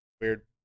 Weird